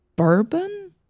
Bourbon